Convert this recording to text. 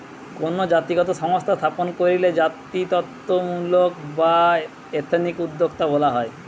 কোনো জাতিগত সংস্থা স্থাপন কইরলে জাতিত্বমূলক বা এথনিক উদ্যোক্তা বলা হয়